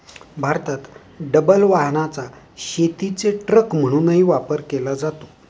भारतात डबल वाहनाचा शेतीचे ट्रक म्हणूनही वापर केला जातो